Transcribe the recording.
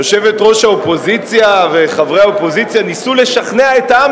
יושבת-ראש האופוזיציה וחברי האופוזיציה ניסו לשכנע את העם,